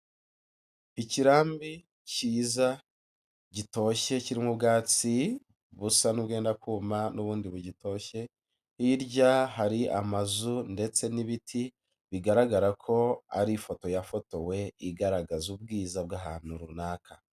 Ikirambi kiza gitoshye kirimo ubwatsi busa n'ubwenda kuma n'ubundi bugitoshye, hirya hari amazu ndetse n'ibiti bigaragara ko ari ifoto yafotowe igaragaza ubwiza bw'ahantu runaka.